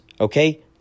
Okay